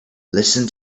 listen